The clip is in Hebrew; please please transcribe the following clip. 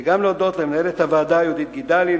וגם להודות למנהלת הוועדה יהודית גידלי,